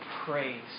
praise